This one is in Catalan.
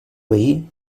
veí